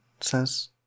says